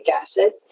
acid